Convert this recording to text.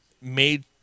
made